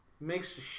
makes